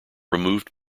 removed